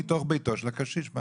מתוך ביתו של הקשיש.